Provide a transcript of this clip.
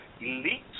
elite